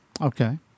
Okay